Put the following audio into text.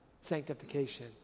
sanctification